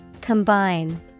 Combine